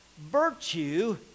Virtue